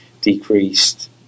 decreased